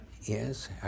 Yes